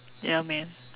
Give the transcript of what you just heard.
ya man